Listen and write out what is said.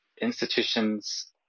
institutions